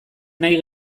nahi